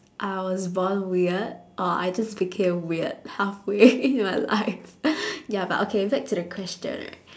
I was born weird or I just became weird halfway in my life ya but okay back to the question right